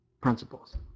principles